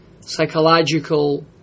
psychological